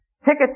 Tickets